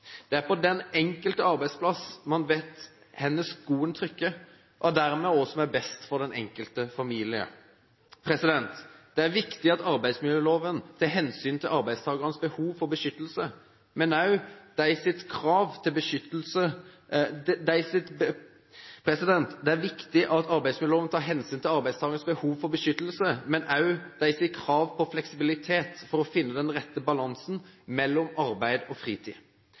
turnuser og på den måten sikre lokale tilpasninger. Det er på den enkelte arbeidsplass man vet hvor skoen trykker, og dermed hva som er best for den enkelte familie. Det er viktig at arbeidsmiljøloven tar hensyn til arbeidstakernes behov for beskyttelse, men også til deres krav om fleksibilitet for å finne den rette balansen mellom arbeid og fritid.